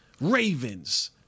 Ravens